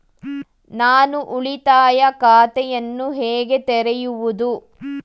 ನಾನು ಉಳಿತಾಯ ಖಾತೆಯನ್ನು ಹೇಗೆ ತೆರೆಯುವುದು?